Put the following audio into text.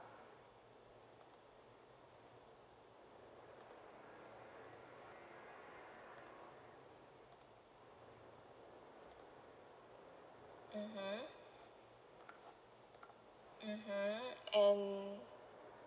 mmhmm mmhmm and